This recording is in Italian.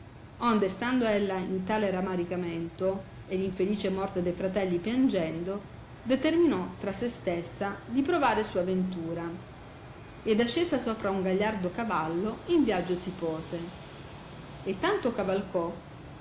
onde stando ella in tale ramaricamento e l infelice morte de fratelli piangendo determinò tra se stessa di provare sua ventura ed ascesa sopra un gagliardo cavallo in viaggio si pose e tanto cavalcò